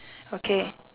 okay